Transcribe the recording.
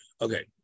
Okay